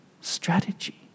strategy